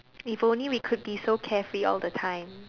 if only we could be so carefree all the time